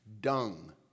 Dung